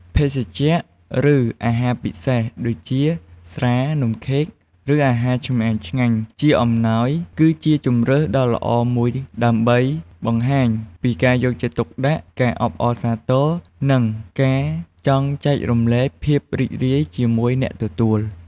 ភេសជ្ជៈ ឬអាហារពិសេស ដូចជា ស្រា នំខេក ឬអាហារឆ្ងាញ់ៗ ជាអំណោយ គឺជាជម្រើសដ៏ល្អមួយដើម្បីបង្ហាញពីការយកចិត្តទុកដាក់ ការអបអរសាទរ និងការចង់ចែករំលែកភាពរីករាយជាមួយអ្នកទទួល។